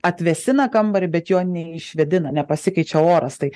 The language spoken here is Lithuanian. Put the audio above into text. atvėsina kambarį bet jo neišvėdina nepasikeičiau oras tai